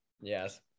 yes